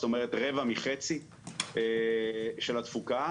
זאת אומרת, רבע מחצי של התפוקה.